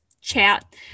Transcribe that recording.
chat